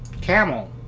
camel